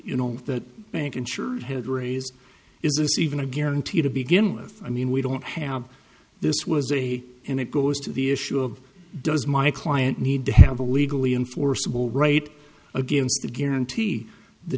you know that bank insured had raised is this even a guarantee to begin with i mean we don't have this was a and it goes to the issue of does my client need to have a legally enforceable right against the guarantee the